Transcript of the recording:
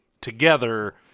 together